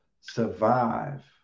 survive